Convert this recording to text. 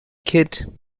kid